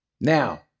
Now